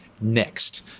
next